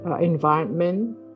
environment